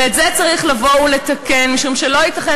ואת זה צריך לבוא ולתקן, משום שלא ייתכן